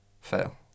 fail